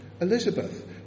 Elizabeth